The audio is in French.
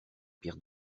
pierre